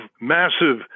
massive